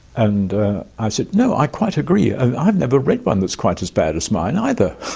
and i said, no, i quite agree. and i've never read one that's quite as bad as mine either.